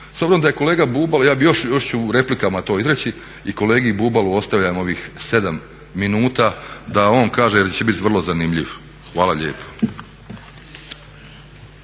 S obzirom da je kolega Bubalo, ja bih još, još ću u replikama to izreći i kolegi Bubalu ostavljam ovih 7 minuta da on kaže jer će biti vrlo zanimljiv. Hvala lijepo.